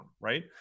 right